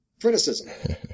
criticism